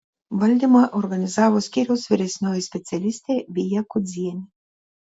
valdymo organizavo skyriaus vyresnioji specialistė vija kudzienė